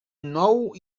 nou